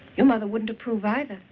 your mother wouldn't approve either.